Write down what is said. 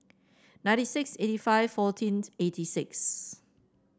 ninety six eighty five fourteenth eighty six